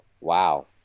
Wow